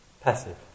passive